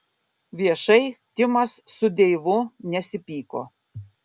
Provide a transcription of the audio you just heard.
viešai timas su deivu nesipyko